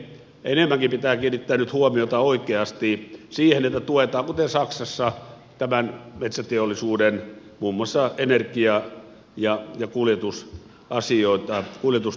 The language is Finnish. enemmänkin pitää kiinnittää nyt huomiota oikeasti siihen että tuetaan kuten saksassa tämän metsäteollisuuden osalta muun muassa energia ja kuljetusjärjestelmiä